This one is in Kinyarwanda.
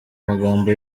magambo